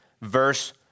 verse